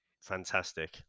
fantastic